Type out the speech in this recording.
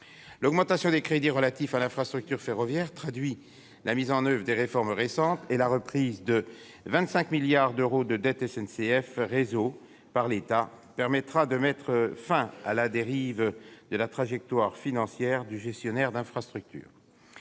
L'augmentation des crédits relatifs à l'infrastructure ferroviaire traduit la mise en oeuvre des réformes récentes. Et la reprise de 25 milliards d'euros de la dette de SNCF Réseau par l'État permettra de mettre fin à la dérive de la trajectoire financière du gestionnaire d'infrastructure.